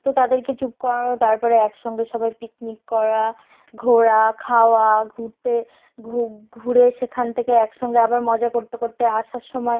তো তাদেরকে চুপ করানো তারপরে একসঙ্গে সবাই পিকনিক করা ঘোরা খাওয়া ঘুরতে ঘুরে সেখান থেকে একসঙ্গে আবার মজা করতে করতে আসার সমায়